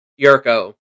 Yurko